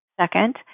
Second